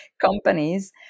companies